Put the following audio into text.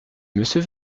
monsieur